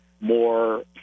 more